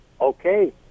Okay